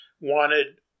wanted